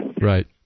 Right